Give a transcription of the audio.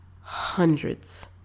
hundreds